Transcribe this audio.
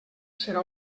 serà